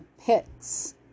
pits